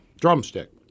drumstick